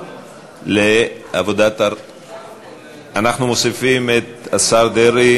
אנחנו מוסיפים את השר דרעי